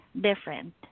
different